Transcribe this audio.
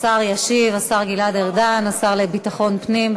ישיב השר גלעד ארדן, השר לביטחון פנים.